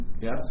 Yes